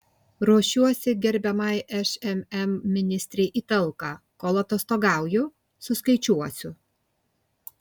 ruošiuosi gerbiamai šmm ministrei į talką kol atostogauju suskaičiuosiu